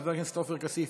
חבר הכנסת עופר כסיף,